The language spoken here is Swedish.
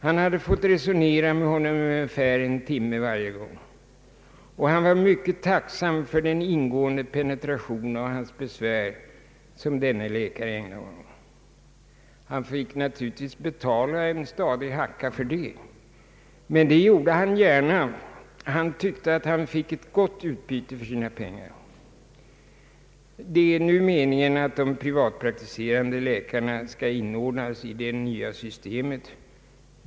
Han hade fått resonera med honom ungefär en timme varje gång och var mycket tacksam för det ingående sätt på vilket läkaren hade penetrerat hans besvär. Han fick naturligtvis betala en ordentlig summa för det, men det gjorde han gärna. Han tyckte att han fick ett gott utbyte för sina pengar. Det är nu meningen att de privatpraktiserande läkarna skall inordnas i det nya systemet.